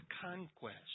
conquest